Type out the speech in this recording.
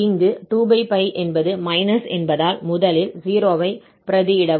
இங்கு 2 என்பது மைனஸ் என்பதால் முதலில் 0 ஐ பிரதியிடவும்